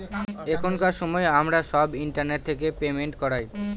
এখনকার সময় আমরা সব ইন্টারনেট থেকে পেমেন্ট করায়